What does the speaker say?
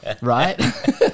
right